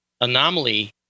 anomaly